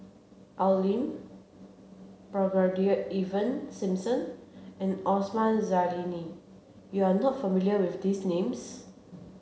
Al Lim Brigadier Ivan Simson and Osman Zailani you are not familiar with these names